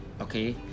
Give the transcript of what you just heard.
Okay